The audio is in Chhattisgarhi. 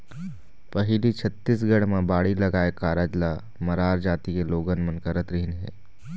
पहिली छत्तीसगढ़ म बाड़ी लगाए कारज ल मरार जाति के लोगन मन करत रिहिन हे